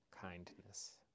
Kindness